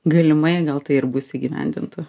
galimai gal tai ir bus įgyvendinta